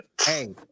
Hey